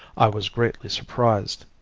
i was greatly surprised.